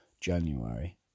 January